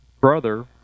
brother